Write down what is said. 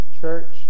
church